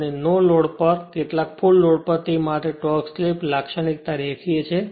અને no load પર અને કેટલાક ફુલ લોડ પર તે માટે ટોર્ક સ્લિપ લાક્ષણિકતા રેખીય છે